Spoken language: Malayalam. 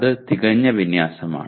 അത് തികഞ്ഞ വിന്യാസമാണ്